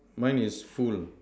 mine is full